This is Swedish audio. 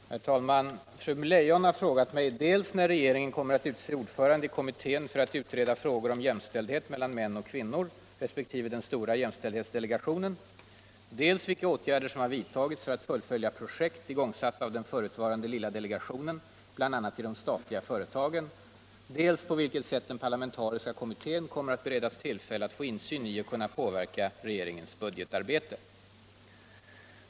Herr talman! Fru Leijon har frågat mig dels när regeringen kommer att utse ordförande i kommittén för att utreda frågor om jämställdhet mellan män och kvinnor resp. i den s.k. stora jämställdhetsdelegationen, dels vilka åtgärder som har vidtagits för att fullfölja projekt igångsatta av den förutvarande lilla delegationen, bl.a. i de statliga företagen, dels på vilket sätt den parlamentariska kommittén kommer att beredas tillfälle att få insyn i och kunna påverka regeringens budgetarbete.